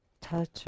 Touch